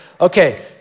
Okay